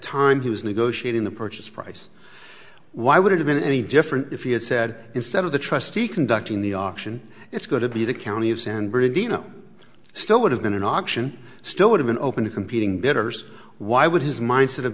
time he was negotiating the purchase price why would it have been any different if he had said instead of the trustee conducting the auction it's going to be the county of san bernardino still would have been an auction still would've been open to competing bidders why would his mind